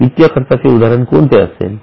वित्तीय खर्चाचे उदाहरण कोणते असेल